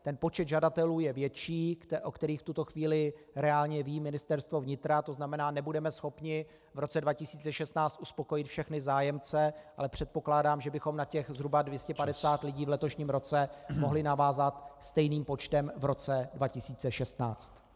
Ten počet žadatelů je větší, o kterých v tuto chvíli reálně ví Ministerstvo vnitra, to znamená, nebudeme schopni v roce 2016 uspokojit všechny zájemce, ale předpokládám, že bychom zhruba na těch 250 lidí v letošním roce mohli navázat stejným počtem v roce 2016.